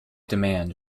demand